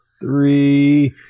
three